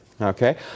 okay